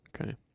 Okay